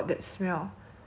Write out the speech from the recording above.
oily and it's like